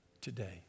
today